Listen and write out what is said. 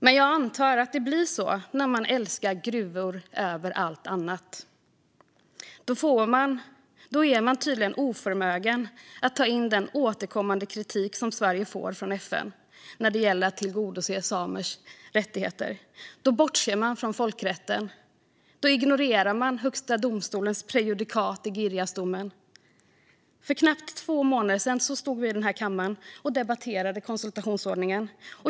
Men jag antar att det blir så när man älskar gruvor över allt annat. Då är man tydligen oförmögen att ta in den återkommande kritik som Sverige får från FN när det gäller att tillgodose samers rättigheter. Då bortser man från folkrätten. Då ignorerar man Högsta domstolens prejudikat i Girjasdomen. För knappt två månader sedan stod vi den här kammaren och debatterade konsultationsordningen.